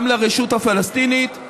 גם לרשות הפלסטינית,